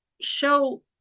show